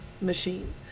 machine